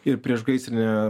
ir priešgaisrinė